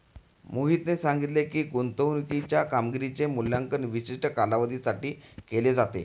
मोहितने सांगितले की, गुंतवणूकीच्या कामगिरीचे मूल्यांकन विशिष्ट कालावधीसाठी केले जाते